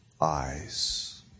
eyes